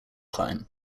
climb